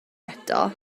eto